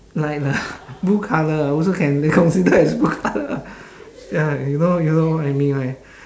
like uh blue colour also can be considered as blue colour ya you know you know what I mean right